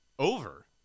Over